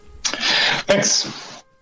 Thanks